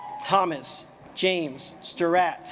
thomas james stir at